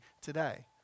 today